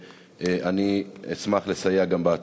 ואני אשמח לסייע גם בעתיד,